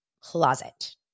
closet